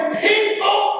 people